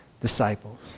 disciples